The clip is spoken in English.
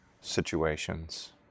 situations